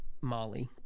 Molly